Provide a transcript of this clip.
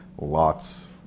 lots